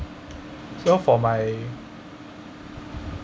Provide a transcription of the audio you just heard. so for my